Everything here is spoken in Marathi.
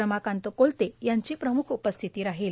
रमाकांत कोलते यांची प्रमुख उपस्थिती राहील